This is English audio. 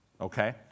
okay